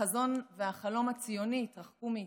החזון והחלום הציוני יתרחקו מאיתנו.